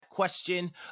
Question